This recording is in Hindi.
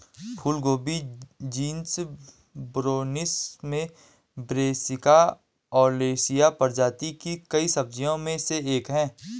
फूलगोभी जीनस ब्रैसिका में ब्रैसिका ओलेरासिया प्रजाति की कई सब्जियों में से एक है